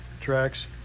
tracks